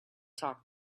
talk